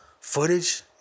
footage